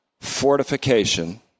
fortification